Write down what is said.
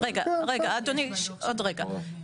רגע, רגע אדוני, עוד רגע.